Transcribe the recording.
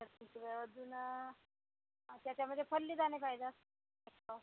अजून त्याच्यामध्ये फल्लीदाणे पाहिजे एक पाव